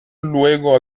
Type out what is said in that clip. luego